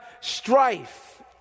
strife